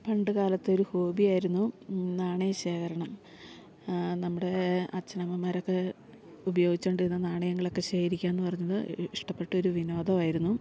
പണ്ട് കാലത്തൊരു ഹോബിയായിരുന്നു നാണയ ശേഖരണം നമ്മുടെ അച്ഛനമ്മമാരൊക്കെ ഉപയോഗിച്ചു കൊണ്ടിരുന്ന നാണയങ്ങളൊക്കെ ശേഖരിക്കുകയെന്നു പറഞ്ഞത് ഇഷ്ടപ്പെട്ടൊരു വിനോദമായിരുന്നു